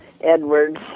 Edwards